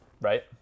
Right